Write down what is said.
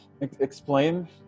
explain